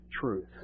truth